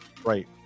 right